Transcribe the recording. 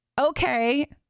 okay